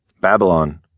Babylon